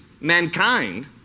mankind